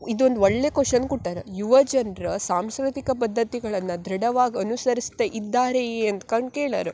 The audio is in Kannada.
ಇದೊಂದು ಒಳ್ಳೆಯ ಕ್ವಷನ್ ಕೊಟ್ಟಾರ ಯುವಜನ್ರು ಸಾಂಸ್ಕೃತಿಕ ಪದ್ದತಿಗಳನ್ನು ದೃಢವಾಗಿ ಅನುಸರಿಸ್ತಾ ಇದ್ದಾರೆಯೇ ಅಂದ್ಕಂಡು ಕೇಳರ